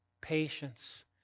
Patience